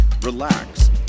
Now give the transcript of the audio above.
relax